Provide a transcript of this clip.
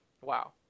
Wow